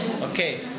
Okay